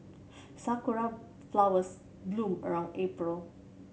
sakura flowers bloom around April